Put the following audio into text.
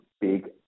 big